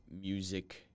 music